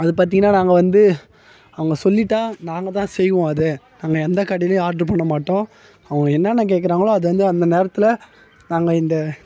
அ ப் பாத்திங்கன்னா நாங்கள் வந்து அவங்க சொல்லிட்டா நாங்கள் தான் செய்வோம் அதை நம்ம எந்த கடையிலேயும் ஆட்ரு பண்ண மாட்டோம் அவங்க என்னென்ன கேட்குறாங்களோ அதை வந்து அந்த நேரத்தில் நாங்கள் இந்த